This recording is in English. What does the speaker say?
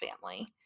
family